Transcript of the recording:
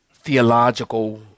theological